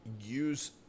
use